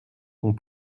sont